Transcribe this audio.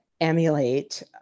emulate